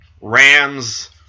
Rams